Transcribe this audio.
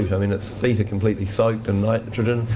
and i mean its feet are completely soaked in nitrogen.